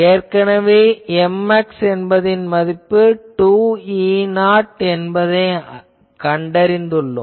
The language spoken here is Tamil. ஏற்கனவே Mx என்பதன் மதிப்பு 2E0 என்பதை அறிவோம்